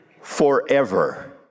forever